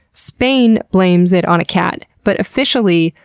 spain blames it on a cat, but officially,